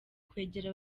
kwegera